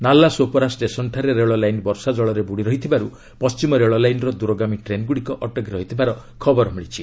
ନାଲା ସୋପାରା ଷ୍ଟେସନ୍ଠାରେ ରେଳ ଲାଇନ୍ ବର୍ଷା ଜଳରେ ବୃଡ଼ି ରହିଥିବାରୁ ପଣ୍ଢିମ ରେଳ ଲାଇନ୍ର ଦୂରଗାମୀ ଟ୍ରେନ୍ଗୁଡ଼ିକ ଅଟକି ରହିଥିବାର ଖବର ମିଳିଛି